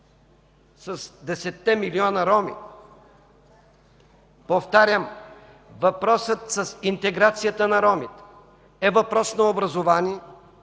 – със 10-те милиона роми. Повтарям, въпросът с интеграцията на ромите, е въпрос на образование.